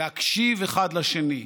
להקשיב אחד לשני.